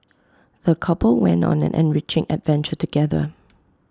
the couple went on an enriching adventure together